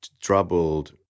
troubled